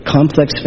Complex